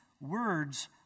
words